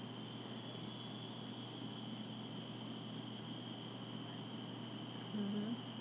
mmhmm